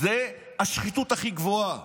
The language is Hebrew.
זו השחיתות הכי גבוהה.